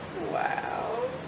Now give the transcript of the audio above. Wow